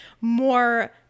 more